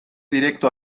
directo